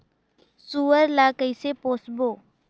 सुअर ला कइसे पोसबो?